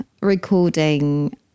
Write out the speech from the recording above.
recording